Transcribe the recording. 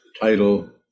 title